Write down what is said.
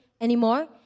anymore